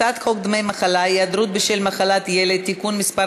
הצעת חוק דמי מחלה (היעדרות בשל מחלת ילד) (תיקון מס'